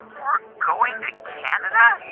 we're going to canada?